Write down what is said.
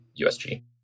USG